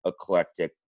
eclectic